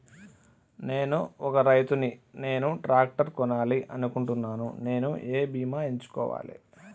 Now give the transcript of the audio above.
నేను ఒక రైతు ని నేను ట్రాక్టర్ కొనాలి అనుకుంటున్నాను నేను ఏ బీమా ఎంచుకోవాలి?